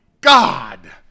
God